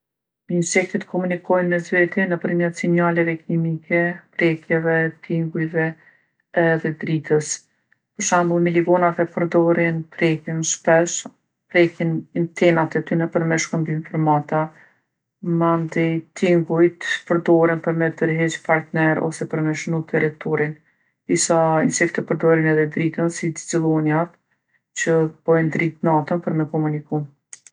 Insektet komunikojnë mes veti nëpërmejt sinjaleve kimike, prekjeve, tingujve edhe dritës. Për shembull miligonat e përdorin prekjen shpesh, prekin antenat e tyne për me shkëmby informata. Mandej tingujt përdoren për me tërheqë partner ose për me shënu territorin. Disa insekte perdorin edhe dritën, si xixëllonjat që bëjnë dritë natën për me komuniku.